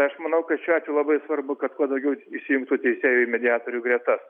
aš manau kad šiuo atveju labai svarbu kad kuo daugiau įsijungtų teisėjų į mediatorių gretas